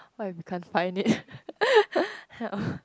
what if we can't find it